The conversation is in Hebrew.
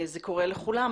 זה קורה לכולם.